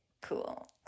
Cool